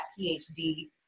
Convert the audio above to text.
PhD